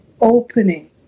opening